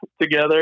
together